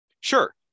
Sure